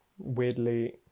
weirdly